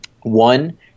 One